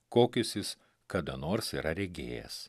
kokius jis kada nors yra regėjęs